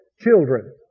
Children